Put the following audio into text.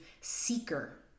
seeker